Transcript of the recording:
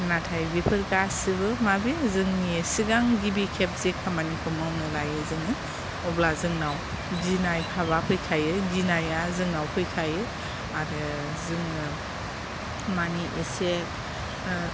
नाथाय बेफोर गासिबो माबे जोंनि सिगां गिबि खेब जे खामानिखौ मावनो लायो जोङो अब्ला जोंनाव गिनाय भाबा फैखायो गिनाया जोंनाव फैखायो आरो जोङो मानि एसे